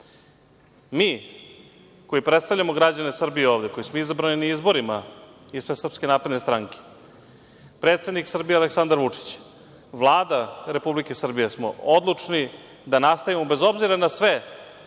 koji predstavljamo građane Srbije ovde, koji smo izabrani na izborima ispred SNS, predsednik Srbije Aleksandar Vučić, Vlada Republike Srbije, smo odlučni da nastavimo, bez obzira na sve